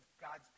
God's